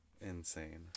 insane